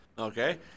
Okay